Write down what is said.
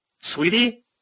Sweetie